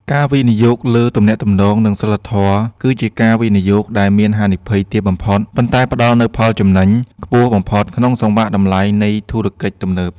ការវិនិយោគលើ "ទំនាក់ទំនង និងសីលធម៌" គឺជាការវិនិយោគដែលមានហានិភ័យទាបបំផុត ប៉ុន្តែផ្ដល់នូវផលចំណេញខ្ពស់បំផុតក្នុងសង្វាក់តម្លៃនៃធុរកិច្ចទំនើប។